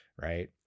right